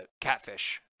catfish